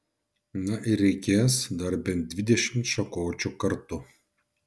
na ir reikės dar bent dvidešimt šakočių kartu